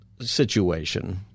situation